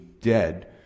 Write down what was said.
dead